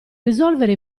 risolvere